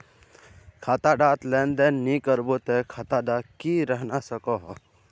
खाता डात लेन देन नि करबो ते खाता दा की रहना सकोहो?